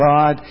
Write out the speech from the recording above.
God